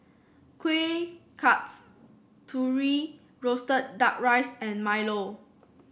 Kueh Kasturi roasted duck rice and milo